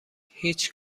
هیچ